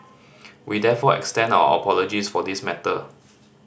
we therefore extend our apologies for this matter